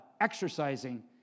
exercising